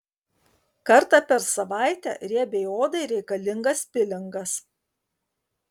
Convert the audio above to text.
kartą per savaitę riebiai odai reikalingas pilingas